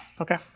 Okay